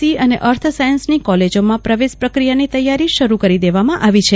C અને earth science ની કોલેજમાં પર્વેશ પ્રક્રિયા ની તૈયારી શરુ કરી દેવામાં આવી છે